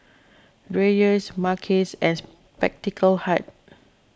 Dreyers Mackays and Spectacle Hut